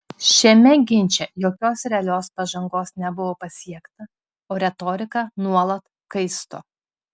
šiame ginče jokios realios pažangos nebuvo pasiekta o retorika nuolat kaisto